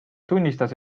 tunnistas